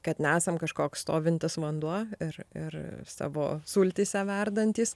kad nesam kažkoks stovintis vanduo ir ir savo sultyse verdantys